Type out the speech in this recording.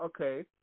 okay